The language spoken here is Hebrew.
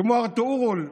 כמו ארטואורול,